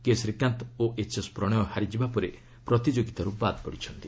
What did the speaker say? କେ ଶ୍ରୀକାନ୍ତ ଓ ଏଚ୍ଏସ୍ ପ୍ରଶୟ ହାରିଯିବା ପରେ ପ୍ରତିଯୋଗିତାର୍ ବାଦ୍ ପଡ଼ିଛନ୍ତି